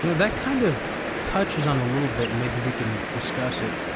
you know that kind of touches on a little bit and maybe we can discuss it,